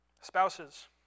Spouses